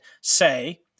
say